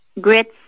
grits